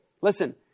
Listen